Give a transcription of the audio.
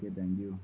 okay thank you